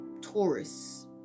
taurus